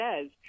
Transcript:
says